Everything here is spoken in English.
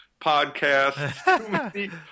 podcasts